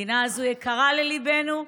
המדינה הזו יקרה לליבנו,